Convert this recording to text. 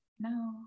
no